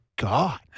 God